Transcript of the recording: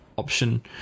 Option